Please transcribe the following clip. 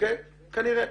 כנראה.